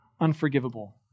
unforgivable